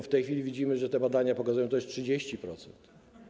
W tej chwili widzimy, że te badania pokazują, że to jest 30%.